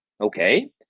okay